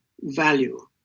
value